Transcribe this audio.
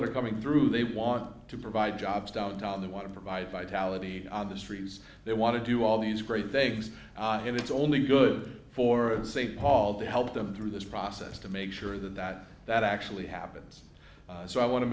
who are coming through they want to provide jobs downtown they want to provide vitality on the streets they want to do all these great things and it's only good for st paul to help them through this process to make sure that that actually happens so i want to